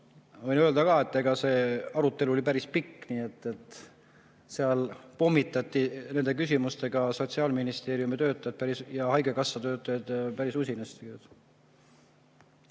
võin öelda ka, et see arutelu oli päris pikk, seal pommitati küsimustega Sotsiaalministeeriumi töötajaid ja haigekassa töötajaid päris usinasti.